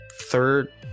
third